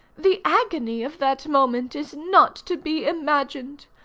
the agony of that moment is not to be imagined.